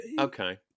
Okay